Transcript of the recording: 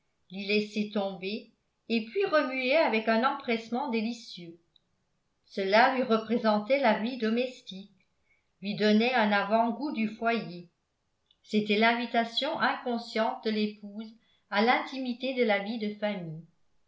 laisser tomber et puis remuer avec un empressement délicieux cela lui représentait la vie domestique lui donnait un avant-goût du foyer c'était l'invitation inconsciente de l'épouse à l'intimité de la vie de famille